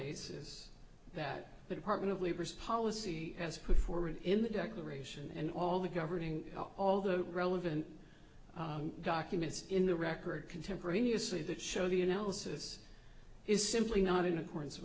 basis that the department of labor's policy has put forward in the declaration and all the governing all the relevant documents in the record contemporaneously that show the analysis is simply not in accordance